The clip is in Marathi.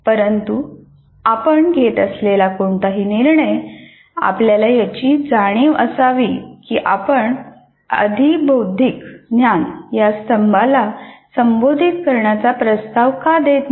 परंतु आपण घेत असलेला कोणताही निर्णय आपल्याला याची जाणीव असावी की आपण "अधिबौद्धिक ज्ञान" या स्तंभाला संबोधित करण्याचा प्रस्ताव का देत नाही